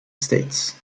states